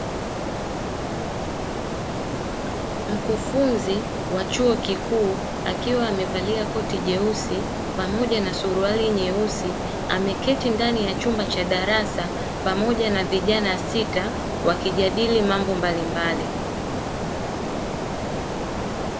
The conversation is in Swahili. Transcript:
Mkufunzi wa chuo kikuu akiwa amevalia koti jeusi pamoja na suruali nyeusi, ameketi ndani ya chumba cha darasa pamoja na vijana sita, wakijadili mambo mbalimbali.